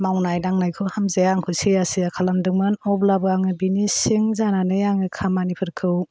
मावनाय दांनायखौ हामजाया आंखौ सैया सैया खालामदोंमोन अब्लाबो आङो बिनि सिं जानानै आङो खामानिफोरखौ